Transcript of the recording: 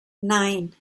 nine